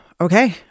okay